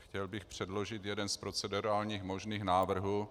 Chtěl bych předložit jeden z procedurálních možných návrhů.